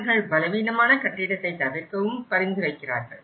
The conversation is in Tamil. இவர்கள் பலவீனமான கட்டிடத்தை தவிர்க்கவும் பரிந்துரைக்கிறார்கள்